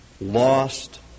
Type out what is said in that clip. lost